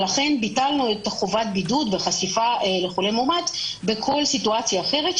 ביטלנו את חובת הבידוד וחשיפה לחולה מאומת בכל סיטואציה אחרת,